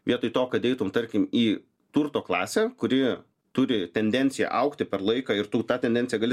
vietoj to kad eitum tarkim į turto klasę kuri turi tendenciją augti per laiką ir tu tą tendenciją gali